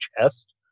chest